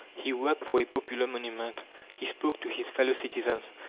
he worked for a popular monument he spoke to his fellow-citizens,